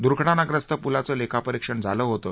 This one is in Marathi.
द्र्घटनाग्रस्त प्लाचं लेखापरिक्षण झालं होतं